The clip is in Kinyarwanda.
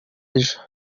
ejo